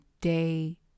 day